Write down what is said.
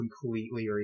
completely